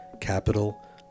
Capital